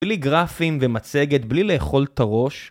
בלי גרפים ומצגת, בלי לאכול את הראש